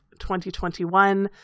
2021